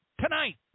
tonight